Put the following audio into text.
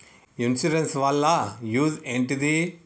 Insurance వాళ్ల use ఏంటిది?